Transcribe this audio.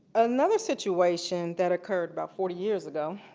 another situation that occurred about forty years ago